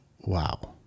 Wow